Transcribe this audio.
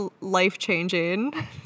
life-changing